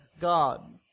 God